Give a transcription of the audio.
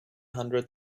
hundred